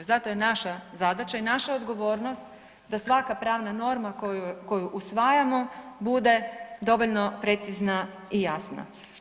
Zato je naša zadaća i naša odgovornost da svaka pravna norma koju usvajamo bude dovoljno precizna i jasna.